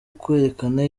kwerekana